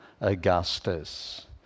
Augustus